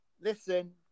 listen